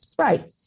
right